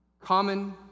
Common